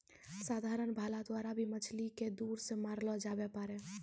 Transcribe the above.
साधारण भाला द्वारा भी मछली के दूर से मारलो जावै पारै